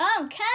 Okay